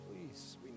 please